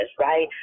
right